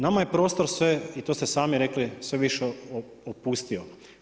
Nama je prostor sve, i to ste sami rekli sve više opustio.